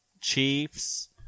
Chiefs